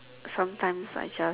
sometimes I just